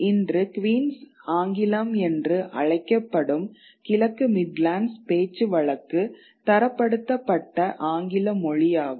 இன்று குயின்ஸ் ஆங்கிலம் என்று அழைக்கப்படும் கிழக்கு மிட்லாண்ட்ஸ் பேச்சுவழக்கு தரப்படுத்தப்பட்ட ஆங்கில மொழியாகும்